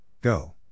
Go